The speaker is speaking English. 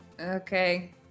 Okay